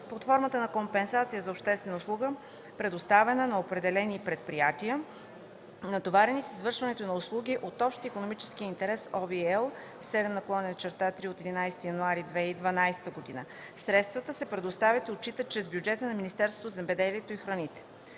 под формата на компенсация за обществена услуга, предоставена на определени предприятия, натоварени с извършването на услуги от общ икономически интерес (ОВ, L 7/3 от 11 януари 2012 г.). Средствата се предоставят и отчитат чрез бюджета на Министерството на земеделието и храните.